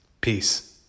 Peace